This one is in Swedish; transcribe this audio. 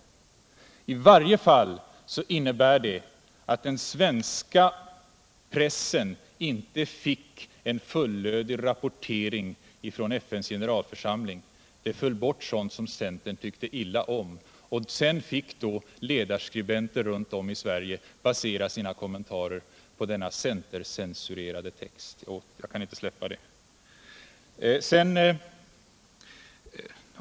Det hade till följd att den svenska pressen inte fick en fullödig rapportering från FN:s generalförsamling. Sådant som centern tyckte illa om föll bort. Sedan fick ledarskribenter runt om i Sverige basera sina kommentarer på denna centercensurerade text. Jag kan inte släppa detta.